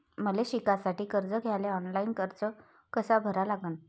मले शिकासाठी कर्ज घ्याले ऑनलाईन अर्ज कसा भरा लागन?